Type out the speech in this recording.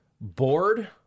bored